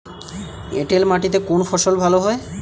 এঁটেল মাটিতে কোন ফসল ভালো হয়?